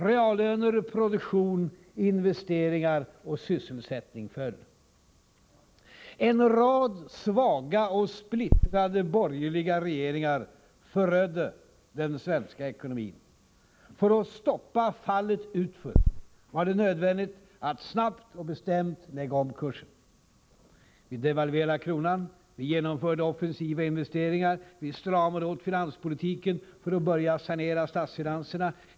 Reallöner, produktion, investeringar och sysselsättning föll. En rad svaga och splittrade borgerliga regeringar förödde den svenska « ekonomin. För att stoppa fallet utför var det nödvändigt att snabbt och bestämt lägga om kursen. Vi devalverade kronan. Vi genomförde offensiva investeringssatsningar. Vi stramade åt finanspolitiken för att börja sanera statsfinanserna.